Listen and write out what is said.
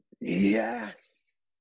yes